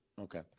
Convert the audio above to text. Okay